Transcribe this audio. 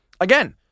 Again